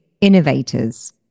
innovators